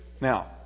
Now